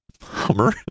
Hummer